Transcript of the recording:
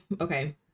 okay